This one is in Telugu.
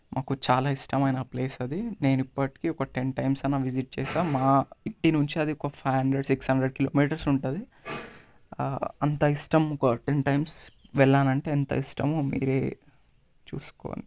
మాకు చాలా ఇష్టమైన ప్లేస్ అది నేణు ఇప్పటికి ఒక టెన్ టైమ్స్ అన్నా విజిట్ చేసాను మా ఇంటి నుంచి అది ఒక five hundred six hundred kilometres ఉంటుంది అంత ఇష్టం ఒక టెన్ టైమ్స్ వెళ్ళాను అంటే ఎంత ఇష్టమో మీరే చూసుకోండి